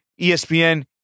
ESPN